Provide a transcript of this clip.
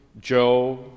Joe